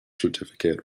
certificate